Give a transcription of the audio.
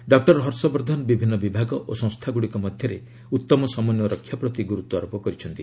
doctor Harshvardhan ବିଭିନ୍ନ ବିଭାଗ ଓ ସଂସ୍ଥାଗୁଡ଼ିକ ମଧ୍ୟରେ ଉତ୍ତମ ସମନ୍ୱୟ ରକ୍ଷା ପ୍ରତି ଗୁରୁତ୍ୱ ଆରୋପ କରିଛନ୍ତି